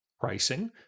pricing